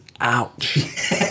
ouch